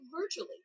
virtually